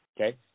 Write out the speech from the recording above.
Okay